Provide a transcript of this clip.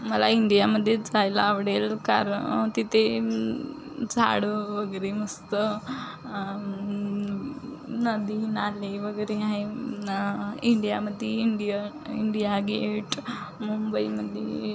मला इंडियामध्ये जायला आवडेल कारण तिथे झाडं वगैरे मस्त नदी नाले वगैरे आहे इंडियामध्ये इंडिया इंडिया गेट मुंबईमध्ये